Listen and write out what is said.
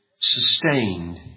Sustained